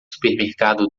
supermercado